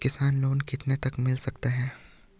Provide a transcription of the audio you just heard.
किसान लोंन कितने तक मिल सकता है?